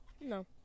No